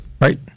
Right